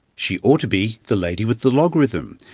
she ought to be the lady with the logarithm.